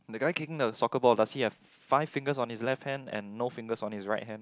the guy kicking the soccer ball does he have five fingers on his left hand and no fingers on his right hand